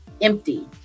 empty